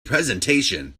presentation